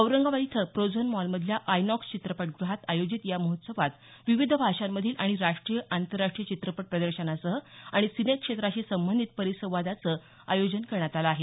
औरंगाबाद इथं प्रोझोन मॉलमधल्या आयनॉक्स चित्रपटग्रहात आयोजित या महोत्सवात विविध भाषांमधील आणि राष्ट्रीय आंतराराष्ट्रीय चित्रपट प्रदर्शनासह आणि सिनेक्षेत्राशी संबंधित परिसंवादाचं आयोजन करण्यात आलं आहे